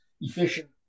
efficient